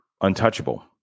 untouchable